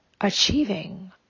achieving